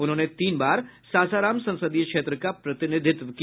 उन्होंने तीन बार सासाराम संसदीय क्षेत्र का प्रतिनिधित्व किया